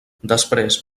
després